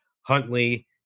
Huntley